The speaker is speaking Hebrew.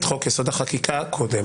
אתה חוזר וקובע כאילו זה מה שהיא אמרה.